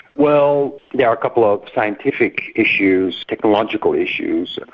well, there are a couple of scientific issues, technological issues.